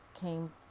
came